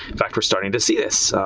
in fact, we're starting to see this.